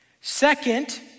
Second